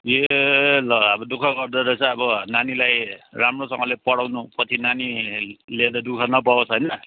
ए ल अब दुःख गर्दैरहेछ अब नानीलाई राम्रोसँगले पढाउनु पछि नानीले त दुःख नपाओस् हैन